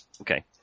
okay